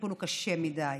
הטיפול קשה מדי.